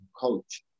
coach